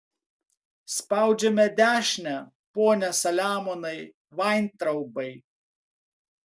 spaudžiame dešinę pone saliamonai vaintraubai